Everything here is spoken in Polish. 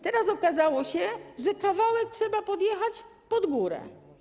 Teraz okazało się, że kawałek trzeba podjechać pod górę.